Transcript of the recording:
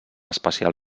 espacial